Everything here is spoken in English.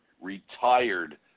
retired